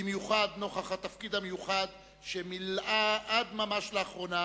במיוחד נוכח התפקיד המיוחד שמילאה עד ממש לאחרונה